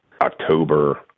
October